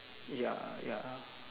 ya ya